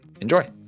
Enjoy